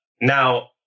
now